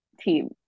team